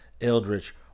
eldritch